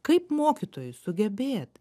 kaip mokytojui sugebėt